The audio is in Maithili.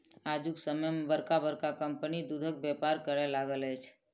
आजुक समय मे बड़का बड़का कम्पनी दूधक व्यापार करय लागल अछि